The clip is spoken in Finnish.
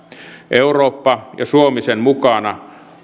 eurooppa ja suomi sen mukana